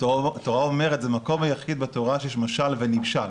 התורה אומרת שזה המקום היחיד בתורה שיש משל ונמשל.